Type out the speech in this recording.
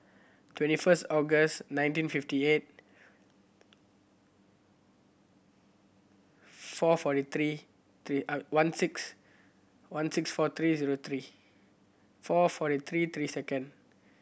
twenty first August nineteen fifty eight four forty three three one six one six four three zero three four forty three three second